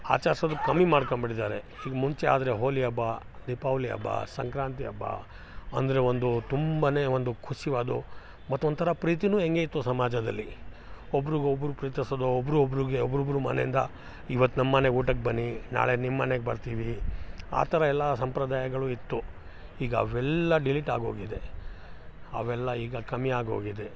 ಆಚರ್ಸೋದು ಕಮ್ಮಿ ಮಾಡ್ಕಂಬಿಟ್ಟಿದಾರೆ ಇದು ಮುಂಚೆ ಆದರೆ ಹೋಲಿ ಹಬ್ಬ ದೀಪಾವಳಿ ಹಬ್ಬ ಸಂಕ್ರಾಂತಿ ಹಬ್ಬ ಅಂದರೆ ಒಂದು ತುಂಬಾನೇ ಒಂದು ಖುಷಿವಾದ ಮತ್ತು ಒಂಥರ ಪ್ರೀತಿನು ಹೆಂಗೆ ಇತ್ತು ಸಮಾಜದಲ್ಲಿ ಒಬ್ರುಗೆ ಒಬ್ಬರು ಪ್ರೀತಿಸದು ಒಬ್ಬರು ಒಬ್ಬರುಗೆ ಒಬ್ರೊಬ್ಬರು ಮನೆಯಿಂದ ಇವತ್ತು ನಮ್ಮನೆಗೆ ಊಟಕ್ಕೆ ಬನ್ನಿ ನಾಳೆ ನಿಮ್ಮನೆಗೆ ಬರ್ತೀವಿ ಆ ಥರ ಎಲ್ಲಾ ಸಂಪ್ರದಾಯಗಳು ಇತ್ತು ಈಗ ಅವೆಲ್ಲ ಡಿಲಿಟಾಗೋಗಿದೆ ಅವೆಲ್ಲ ಈಗ ಕಮ್ಮಿಯಾಗೋಗಿದೆ